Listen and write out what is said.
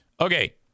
Okay